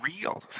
real